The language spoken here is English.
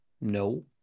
No